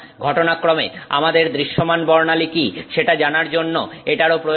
ঘটনাক্রমে আমাদের দৃশ্যমান বর্ণালী কী সেটা জানার জন্য এটারও প্রয়োজন